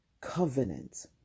covenant